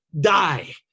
die